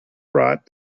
brought